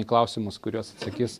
į klausimus kuriuos atsakys